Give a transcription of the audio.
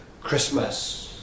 Christmas